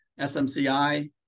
SMCI